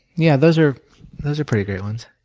yeah, those are those are pretty great ones.